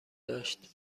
داشت